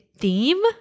theme